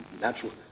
natural